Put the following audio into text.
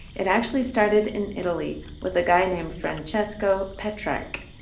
it actually started in italy, with a guy named francesco petrarch.